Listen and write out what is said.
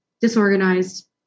disorganized